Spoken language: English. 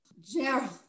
Gerald